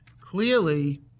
Clearly